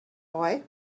boy